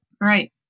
right